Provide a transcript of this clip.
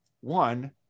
one